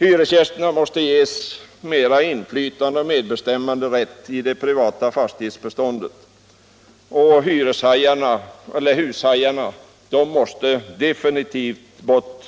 Hyresgästerna måste ges mera inflytande och medbestämmanderätt i det privata fastighetsbeståndet och hyreshajarna måste definitivt bort